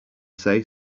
say